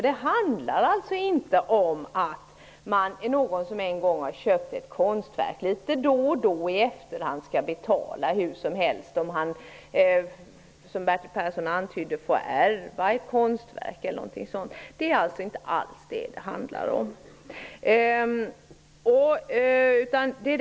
Det handlar inte om att någon som en gång har köpt ett konstverk då och då i efterhand skall betala en avgift. Bertil Persson antydde att det även kunde gälla vid arv av konstverk. Det handlar inte alls om något sådant.